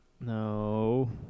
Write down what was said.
No